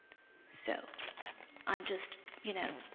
so i'm just, you know,